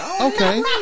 okay